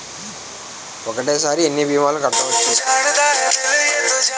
ఒక్కటేసరి ఎన్ని భీమాలు కట్టవచ్చు?